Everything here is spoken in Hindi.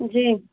जी